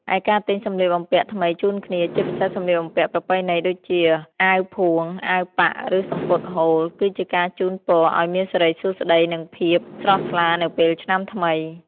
ឯការទិញសម្លៀកបំពាក់ថ្មីជូនគ្នា ជាពិសេសសម្លៀកបំពាក់ប្រពៃណីដូចជា អាវផួង អាវប៉ាក់ ឬសំពត់ហូល គឺជាការជូនពរឱ្យមានសិរីសួស្តី និងភាពស្រស់ថ្លានៅពេលឆ្នាំថ្មី។